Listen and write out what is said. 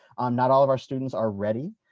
um not all of our students are ready,